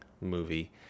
movie